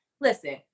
listen